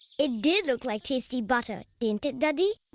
it did look like tasty butter, didn't it, dadhi?